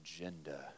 agenda